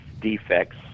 defects